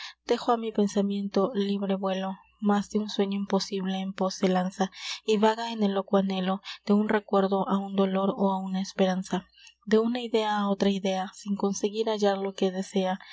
dejo á mi pensamiento libre vuelo mas de un sueño imposible en pos se lanza y vaga en loco anhelo de un recuerdo á un dolor ó á una esperanza de una idea á otra idea sin conseguir hallar lo que desea